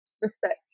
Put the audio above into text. respect